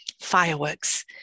fireworks